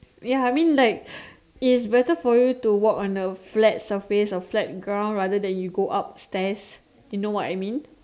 ya I mean like it is better for you to walk on a flat surface or flat ground rather then you go up stairs you know what I mean